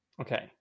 okay